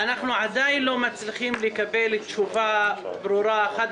עדיין לא מצליחים לקבל תשובה ברורה וחד